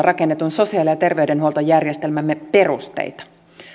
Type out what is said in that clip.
rakennetun sosiaali ja terveydenhuoltojärjestelmämme perusteita